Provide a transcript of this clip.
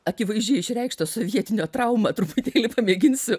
akivaizdžiai išreikštą sovietinę traumą truputėlį pamėginsiu